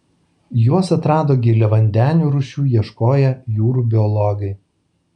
juos atrado giliavandenių rūšių ieškoję jūrų biologai